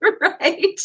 Right